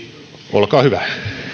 olkaa hyvä